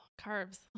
Carbs